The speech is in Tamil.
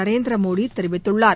நரேந்திர மோடி தெரிவித்துள்ளார்